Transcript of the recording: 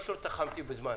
בוקר טוב לכולם.